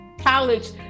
college